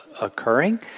occurring